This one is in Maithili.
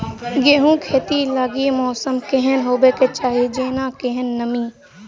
गेंहूँ खेती लागि मौसम केहन हेबाक चाहि जेना केहन नमी?